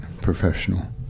professional